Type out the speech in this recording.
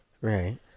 Right